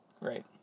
Right